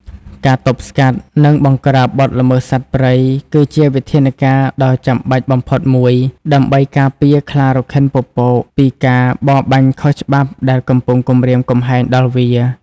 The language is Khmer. ការទប់ស្កាត់ និងបង្ក្រាបបទល្មើសសត្វព្រៃ គឺជាវិធានការដ៏ចាំបាច់បំផុតមួយ ដើម្បីការពារខ្លារខិនពពក ពីការបរបាញ់ខុសច្បាប់ដែលកំពុងគំរាមកំហែងដល់វា។